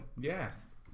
yes